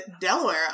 Delaware